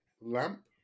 lamp